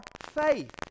faith